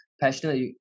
passionate